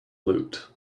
loot